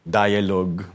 dialogue